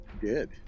Good